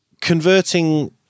converting